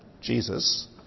Jesus